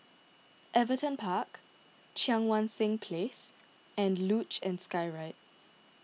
Everton Park Cheang Wan Seng Place and Luge and Skyride